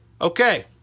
Okay